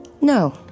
No